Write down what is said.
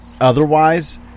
otherwise